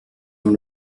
dans